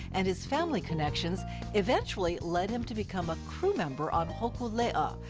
and his family connections eventually led him to become a crewmember on hokulea,